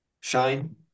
Shine